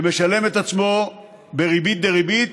שמשלם את עצמו בריבית דריבית,